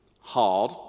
hard